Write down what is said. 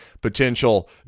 potential